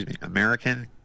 American